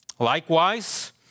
Likewise